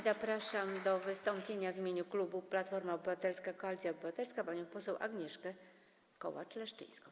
Zapraszam do wystąpienia w imieniu klubu Platforma Obywatelska - Koalicja Obywatelska panią poseł Agnieszkę Kołacz-Leszczyńską.